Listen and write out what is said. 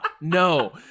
no